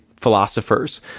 philosophers